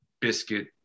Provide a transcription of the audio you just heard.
biscuit